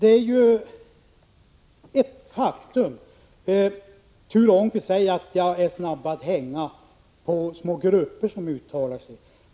Ture Ångqvist säger att jag är snabb att hänga på små grupper som uttalar sig.